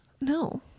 No